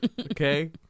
okay